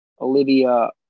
Olivia